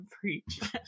preach